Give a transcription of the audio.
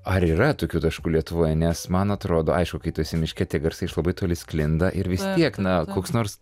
ar yra tokių taškų lietuvoj nes man atrodo aišku kai tu esi miške tie garsai iš labai toli sklinda ir vis tiek na koks nors